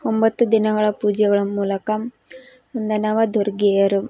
ಒಂಬತ್ತು ದಿನಗಳ ಪೂಜೆಗಳ ಮೂಲಕ ನವದುರ್ಗೆಯರು